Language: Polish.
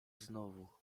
znowu